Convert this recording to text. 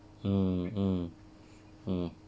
mm mm mm